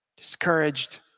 discouraged